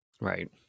Right